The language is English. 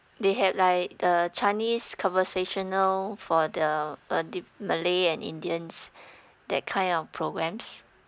they have like the chinese conversational for the uh the malay and indians that kind of programs